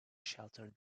shelter